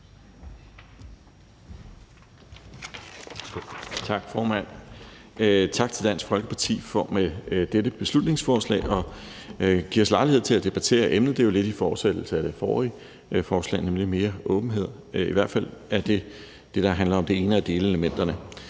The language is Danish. Tak, formand. Tak til Dansk Folkeparti for med dette beslutningsforslag at give os lejlighed til at debattere emnet. Det er jo lidt i fortsættelse af det forrige forslag, nemlig om mere åbenhed; i hvert fald er det det, som det ene af delelementerne